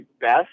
best